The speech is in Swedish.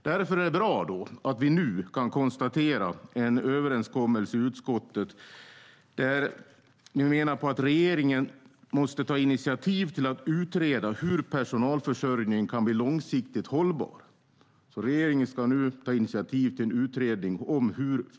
Därför är det bra att vi nu kan konstatera en överenskommelse i utskottet där vi menar att regeringen måste ta initiativ till att utreda hur personalförsörjningen kan bli långsiktigt hållbar, och regeringen ska nu ta ett sådant initiativ.